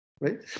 right